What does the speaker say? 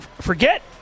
forget